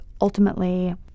ultimately